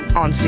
on